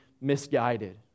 misguided